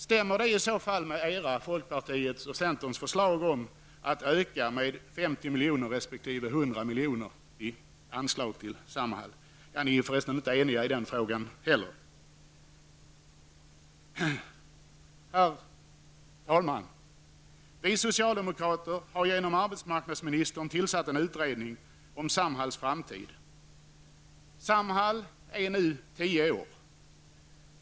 Men om så inte blir fallet vill jag fråga om de moderaterna tankarna stämmer med era förslag i dag att öka antalet anställda i Samhall genom ökade anslag på 50 resp. 100 milj.kr.? Ni är för resten inte eniga i den frågan heller. Herr talman! Vi socialdemokrater har genom arbetsmarknadsministern tillsatt en utredning om Samhalls framtid. Samhall är nu tio år.